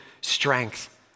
strength